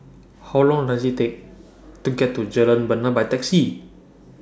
How Long Does IT Take to get to Jalan Bena By Taxi